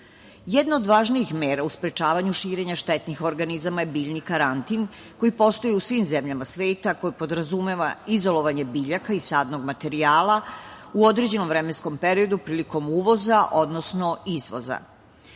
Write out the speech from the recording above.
od važnijih mera u sprečavanju širenja štetnih organizama je biljni karantin koji postoji u svim zemljama sveta, koji podrazumeva izolovanje biljaka i sadnog materijala u određenom vremenskom periodu prilikom uvoza, odnosno izvoza.